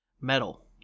metal